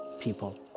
people